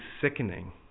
sickening